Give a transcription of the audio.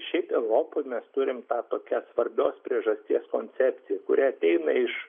šiaip europoj mes turim tą tokią svarbios priežasties koncepciją kuri ateina iš